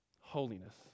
holiness